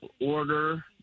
order